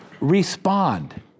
respond